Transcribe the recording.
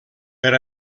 per